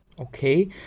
Okay